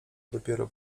dopiero